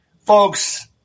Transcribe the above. folks